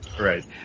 Right